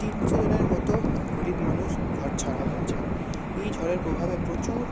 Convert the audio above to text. তিনশো জনের মতো গরিব মানুষ ঘর ছাড়া হয়েছেন এই ঝড়ের প্রভাবে প্রচুর